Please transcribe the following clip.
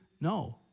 No